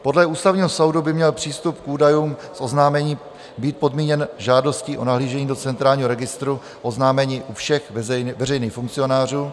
Podle Ústavního soudu by měl přístup k údajům s oznámením být podmíněn žádostí o nahlížení do Centrálního registru oznámení u všech veřejných funkcionářů.